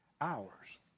hours